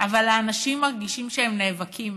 אבל אנשים מרגישים שהם נאבקים